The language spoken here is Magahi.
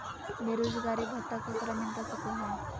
बेरोजगारी भत्ता ककरा मिलता सको है?